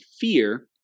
fear